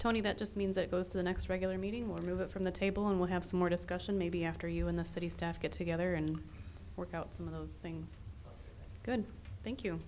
tony that just means it goes to the next regular meeting will move it from the table and we'll have some more discussion maybe after you and the city staff get together and work out some of those things good thank you